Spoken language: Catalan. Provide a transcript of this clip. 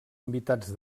invitats